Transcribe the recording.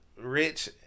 rich